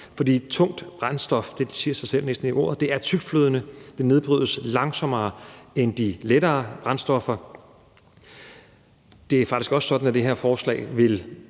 Tungt brændstof – det siger næsten sig selv i ordet – er tyktflydende og nedbrydes langsommere end de lettere brændstoffer. Det er faktisk også sådan, at det her forslag vil